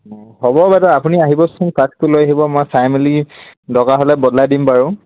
হ'ব বাইদেউ আপুনি আহিবচোন ফ্লাক্সটো লৈ আহিব মই চাই মেলি দৰকাৰ হ'লে বদলাই দিম বাৰু